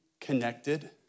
connected